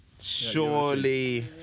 Surely